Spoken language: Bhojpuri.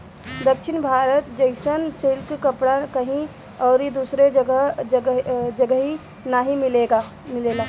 दक्षिण भारत जइसन सिल्क कपड़ा कहीं अउरी दूसरा जगही नाइ मिलेला